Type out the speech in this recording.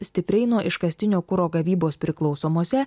stipriai nuo iškastinio kuro gavybos priklausomose